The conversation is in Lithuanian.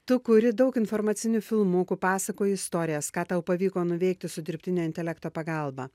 tu kuri daug informacinių filmukų pasakoji istorijas ką tau pavyko nuveikti su dirbtinio intelekto pagalba